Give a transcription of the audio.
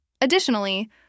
Additionally